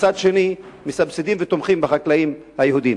ומצד שני מסבסדים ותומכים בחקלאים היהודים.